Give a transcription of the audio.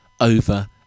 over